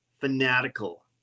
fanatical